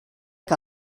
que